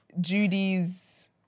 Judy's